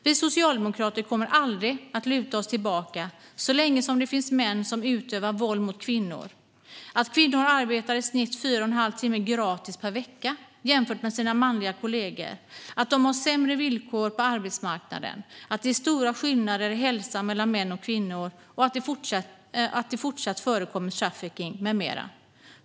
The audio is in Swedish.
Vi socialdemokrater kommer aldrig att luta oss tillbaka så länge det finns män som utövar våld mot kvinnor, så länge kvinnor arbetar i snitt fyra och en halv timme gratis per vecka jämfört med sina manliga kollegor, så länge kvinnor har sämre villkor på arbetsmarknaden, så länge det är stora skillnader i hälsa mellan män och kvinnor och så länge det förekommer trafficking med mera.